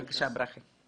בבקשה, ברכי.